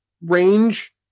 range